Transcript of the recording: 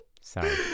Sorry